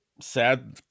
Sad